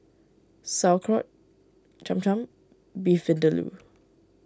Sauerkraut Cham Cham Beef Vindaloo